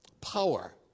Power